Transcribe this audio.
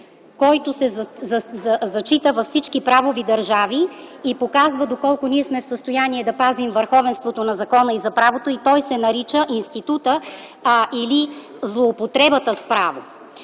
който се зачита във всички правови държави и показва доколко ние сме в състояние да пазим върховенството на закона и правото. Той се нарича „злоупотреба с право”.